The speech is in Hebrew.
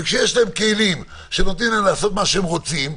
וכשיש להם כלים שנותנים להם לעשות מה שהם רוצים,